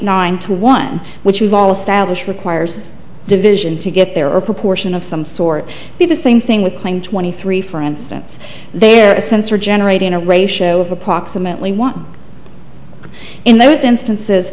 nine to one which we've all established requires division to get there a proportion of some sort be the same thing with playing twenty three for instance there are a sensor generating a ratio of approximately one in those instances